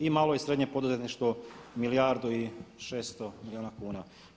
I malo i srednje poduzetništvo milijardu i 600 milijuna kuna.